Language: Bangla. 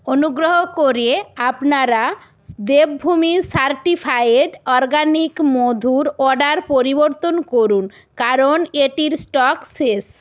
অনুগ্রহ করে আপনারা দেবভূমি সার্টিফায়েড অর্গ্যানিক মধুর অর্ডার পরিবর্তন করুন কারণ এটির স্টক শেষ